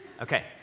Okay